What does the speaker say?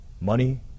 Money